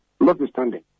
Notwithstanding